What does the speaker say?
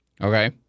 Okay